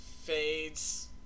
fades